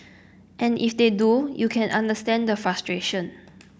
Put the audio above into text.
and if they do you can understand the frustration